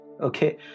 Okay